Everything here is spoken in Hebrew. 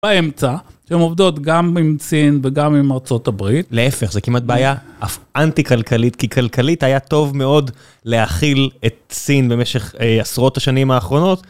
באמצע שהן עובדות גם עם סין וגם עם ארצות הברית. להפך, זו כמעט בעיה אנטי-כלכלית, כי כלכלית היה טוב מאוד להכיל את סין במשך עשרות השנים האחרונות.